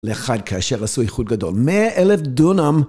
לאחד כאשר עשו איחוד גדול 100 אלף דונם